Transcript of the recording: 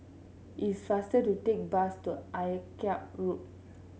it's faster to take the bus to Akyab Road